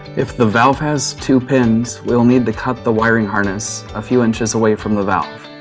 if the valve has two pins, we will need to cut the wiring harness a few inches away from the valve.